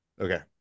Okay